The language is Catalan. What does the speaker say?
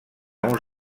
uns